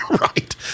right